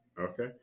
okay